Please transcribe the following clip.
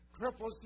cripples